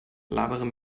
labere